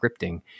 scripting